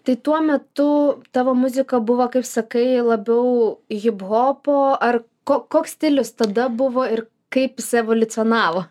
tai tuo metu tavo muzika buvo kaip sakai labiau hiphopo ar ko koks stilius tada buvo ir kaip jis evoliucionavo